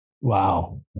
Wow